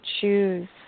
choose